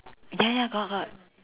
ya ya got got